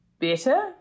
better